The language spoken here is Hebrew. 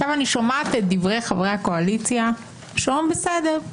אני שומעת את דברי חברי הקואליציה שאומרים בסדר,